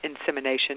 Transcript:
insemination